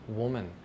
woman